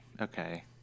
Okay